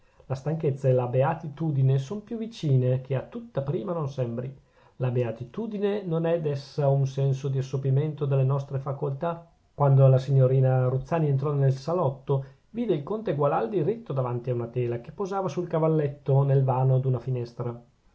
la stanchezza e la beatitudine son più vicine che a tutta prima non sembri la beatitudine non è dessa un senso di assopimento delle nostre facoltà quando la signorina ruzzani entrò nel salotto vide il conte gualandi ritto davanti ad una tela che posava sul cavalletto nel vano d'una finestra